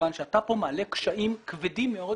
מכיוון שאתה כאן מעלה קשיים כבדים מאוד